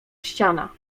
ściana